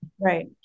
Right